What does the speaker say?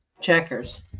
Checkers